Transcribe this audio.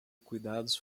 cuidados